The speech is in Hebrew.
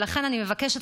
ולכן אני מבקשת,